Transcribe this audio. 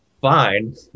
fine